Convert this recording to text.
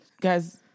guys